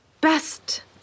best